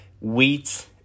wheat